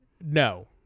No